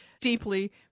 deeply